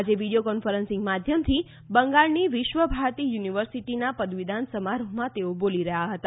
આજે video conferencing માધ્યમથી બંગાળની વિશ્વ ભારતી યુનિવર્સિટીના પદવીદાન સમારોહમાં તેઓ બોલી રહ્યા હતા